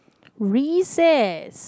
recess